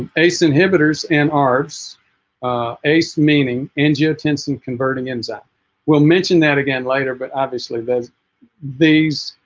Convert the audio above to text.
and ace inhibitors and arbs ace meaning angiotensin-converting enzyme will mention that again later but obviously there's these